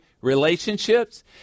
relationships